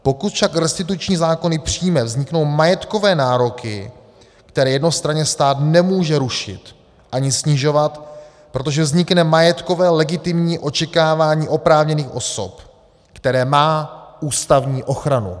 Pokud však restituční zákony přijme, vzniknou majetkové nároky, které stát jednostranně nemůže rušit ani snižovat, protože vznikne majetkové legitimní očekávání oprávněných osob, které má ústavní ochranu.